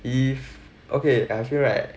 if okay I feel right